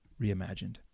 Reimagined